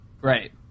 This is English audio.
Right